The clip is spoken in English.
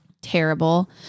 terrible